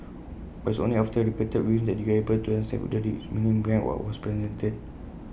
but it's only after repeated viewings that you are able to understand the rich meaning behind what was presented